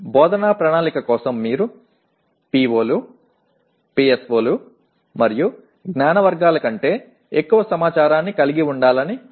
బోధన ప్రణాళిక కోసం మీరు PO లు PSO లు మరియు జ్ఞాన వర్గాల కంటే ఎక్కువ సమాచారాన్ని కలిగి ఉండాలని అనుకోవచ్చు